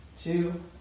two